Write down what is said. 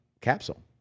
capsule